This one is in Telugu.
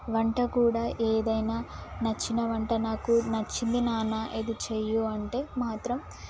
వంట కూడా ఏదైనా నచ్చిన వంట నాకు నచ్చింది నాన్న ఇది చేయి అంటే మాత్రం